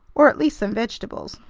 or at least some vegetables.